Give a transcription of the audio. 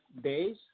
days